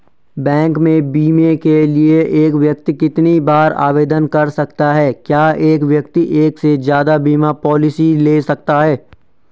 Bank में बीमे के लिए एक व्यक्ति कितनी बार आवेदन कर सकता है क्या एक व्यक्ति एक से ज़्यादा बीमा पॉलिसी ले सकता है?